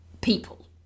people